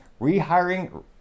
rehiring